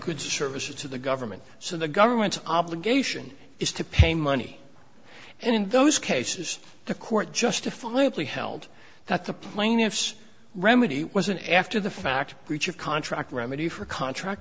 goods or services to the government so the government obligation is to pay money and in those cases the court justifiably held that the plaintiffs remedy was an after the fact breach of contract remedy for contract